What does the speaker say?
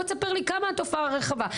בוא תספר לי כמה התופעה רחבה?